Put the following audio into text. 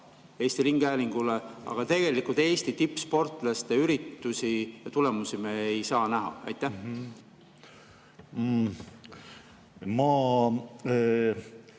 Eesti ringhäälingule, aga tegelikult Eesti tippsportlaste üritusi ja tulemusi me ei saa näha. Ma